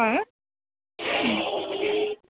হয়